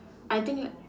I think like